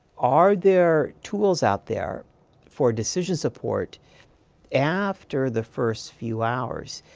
are there tools out there for decision support after the first few hours,